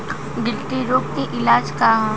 गिल्टी रोग के इलाज का ह?